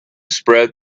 spread